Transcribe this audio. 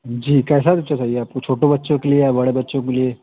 जी कैसा जूता चाहिए आपको छोटो बच्चों के लिए या बड़े बच्चों के लिए